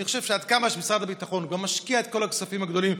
אני חושב שעד כמה שמשרד הביטחון כבר משקיע את כל הכספים הגדולים,